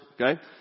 Okay